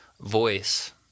voice